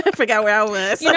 but forgot where i was you know,